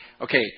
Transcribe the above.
Okay